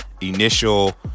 initial